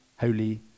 holy